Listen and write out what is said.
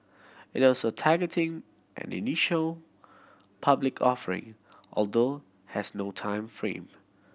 it also targeting an initial public offering although has no time frame